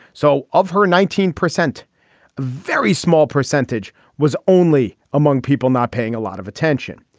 so of her nineteen percent a very small percentage was only among people not paying a lot of attention.